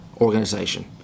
organization